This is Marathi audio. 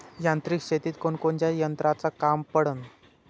यांत्रिक शेतीत कोनकोनच्या यंत्राचं काम पडन?